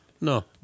No